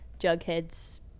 Jughead's